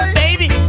baby